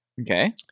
Okay